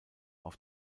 auf